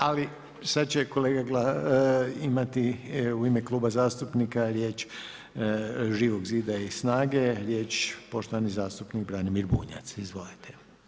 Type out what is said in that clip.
Ali, sada će kolega imati u Kluba zastupnika riječ Živog zida i SNAGA-e, riječ, poštovani zastupnik Branimir Bunjac, izvolite.